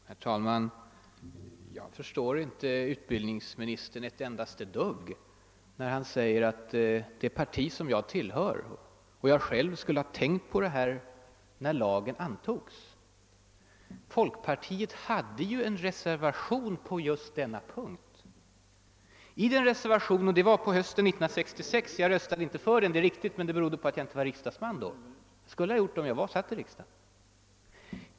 Herr talman! Jag förstår inte utbildningsministern ett enda dugg när han säger att det parti som jag tillhör och jag själv borde ha tänkt på detta när lagen antogs. Folkpartiets representanter avgav ju en reservation på just denna punkt under hösten 1966. Det är riktigt att jag inte röstade för den, men det berodde på att jag inte var riksdagsman då. Jag skulle ha gjort det, om jag hade suttit i riksdagen.